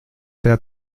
der